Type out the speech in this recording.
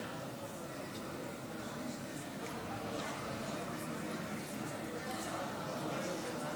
אני מבין שראש הממשלה בשעה זו מקבל עדכון